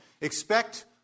Expect